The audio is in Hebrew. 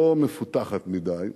לא מפותחת מדי,